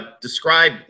describe